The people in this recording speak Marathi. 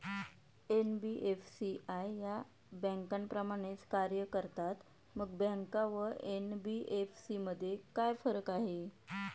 एन.बी.एफ.सी या बँकांप्रमाणेच कार्य करतात, मग बँका व एन.बी.एफ.सी मध्ये काय फरक आहे?